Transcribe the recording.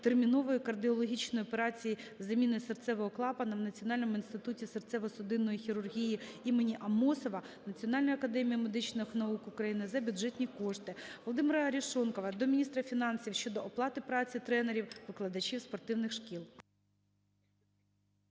термінової кардіологічної операції з заміни серцевого клапана в Національному інституті серцево-судинної хірургії ім. Амосова Національної академії медичних наук України за бюджетні кошти. Володимира Арешонкова до міністра фінансів щодо оплати праці тренерів - викладачів спортивних шкіл.